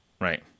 Right